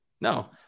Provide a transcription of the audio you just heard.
No